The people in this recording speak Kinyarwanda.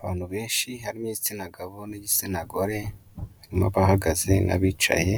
Abantu benshi harimo igitsina gabo n'igitsina gore, harimo abahagaze n'abicaye,